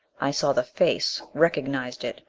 i saw the face, recognized it.